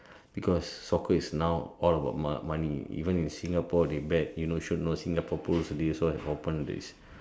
because soccer is now all about mo~ money even in Singapore they bet you know should know Singapore pools they also have open these`